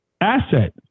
asset